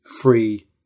free